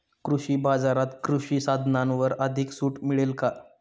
कृषी बाजारात कृषी साधनांवर अधिक सूट मिळेल का?